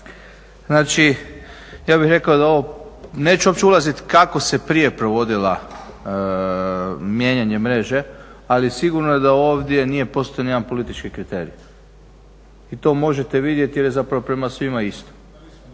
Znači, ja bih rekao da ovo, neću uopće ulaziti kako se prije provodila mijenjanje mreže. Ali sigurno je da ovdje nije postojao ni jedan politički kriterij i to možete vidjeti jer je zapravo prema svima isto.